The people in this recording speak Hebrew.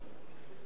התשע"ב 2012,